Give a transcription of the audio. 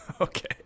Okay